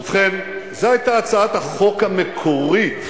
ובכן, זו היתה הצעת החוק המקורית,